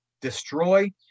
destroy